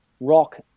rock